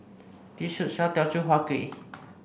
this shop sells Teochew Huat Kuih